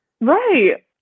Right